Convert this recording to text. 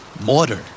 Mortar